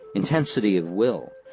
intensity of will,